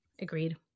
Agreed